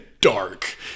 Dark